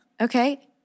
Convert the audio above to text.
Okay